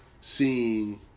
seeing